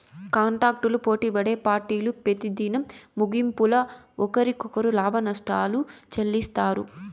కాంటాక్టులు పోటిపడే పార్టీలు పెతిదినం ముగింపుల ఒకరికొకరు లాభనష్టాలు చెల్లిత్తారు